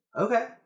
Okay